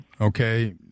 okay